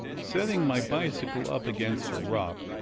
setting my bicycle up against a rock,